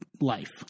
life